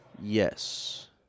Yes